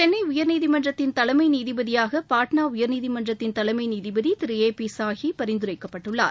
சென்னை உயர்நீதிமன்றத்தின் தலைமை நீதிபதியாக பாட்னா உயர்நீதிமன்றத்தின் தலைமை நீதிபதி திரு ஏ பி சாலறி பரிந்துரைக்கப்பட்டுள்ளார்